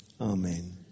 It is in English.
Amen